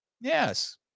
Yes